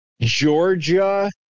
Georgia